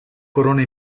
corona